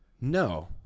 No